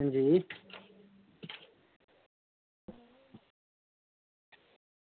अंजी